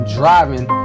driving